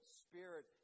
spirit